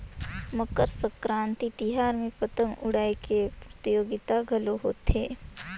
मकर संकरांति तिहार में पतंग उड़ाए के परतियोगिता घलो होथे